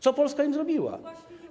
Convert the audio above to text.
Co Polska im zrobiła?